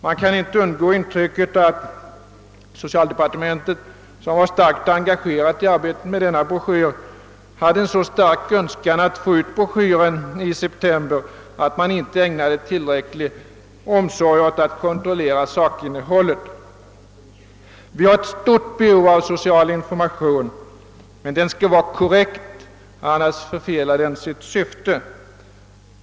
Man kan inte undgå att få intrycket att socialdepartementet, som =:varit starkt engagerat i arbetet med denna broschyr, hade en så stark önskan att få ut broschyren i september att man inte ägnade tillräcklig omsorg åt att kontrollera sakinnehållet. Vi har ett stort behov av social information, men den skall vara korrekt, annars förfelar den sitt syfte.